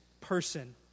person